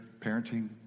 parenting